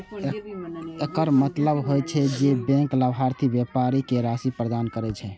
एकर मतलब होइ छै, जे बैंक लाभार्थी व्यापारी कें राशि प्रदान करै छै